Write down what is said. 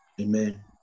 Amen